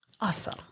Awesome